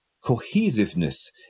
cohesiveness